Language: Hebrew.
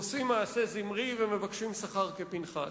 שעושים מעשה זמרי ומבקשים שכר כפנחס.